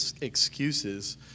excuses